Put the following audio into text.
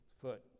foot